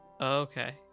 Okay